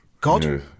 God